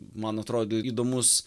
man atrodo įdomus